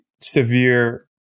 severe